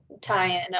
tie-in